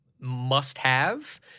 must-have